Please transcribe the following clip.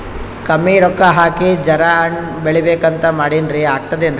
ಕಮ್ಮಿ ರೊಕ್ಕ ಹಾಕಿ ಜರಾ ಹಣ್ ಬೆಳಿಬೇಕಂತ ಮಾಡಿನ್ರಿ, ಆಗ್ತದೇನ?